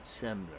similar